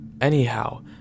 Anyhow